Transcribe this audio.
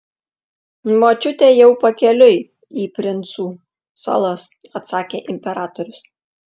močiutė jau pakeliui į princų salas atsakė imperatorius